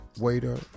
waiter